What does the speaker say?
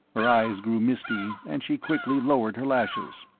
her eyes grew misty, and she quickly lowered her lashes.